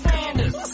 Sanders